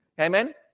amen